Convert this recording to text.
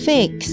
Fix